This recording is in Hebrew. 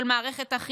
של מערכת החינוך,